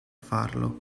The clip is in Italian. farlo